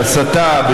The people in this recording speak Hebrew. בהסתה,